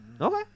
Okay